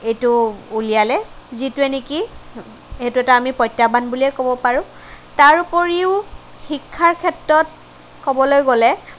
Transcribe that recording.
এইটো ওলিয়ালে যিটোৱে নেকি এইটো এটা আমি প্ৰত্যাহ্বান বুলিয়ে ক'ব পাৰোঁ তাৰ উপৰিও শিক্ষাৰ ক্ষেত্ৰত ক'বলৈ গ'লে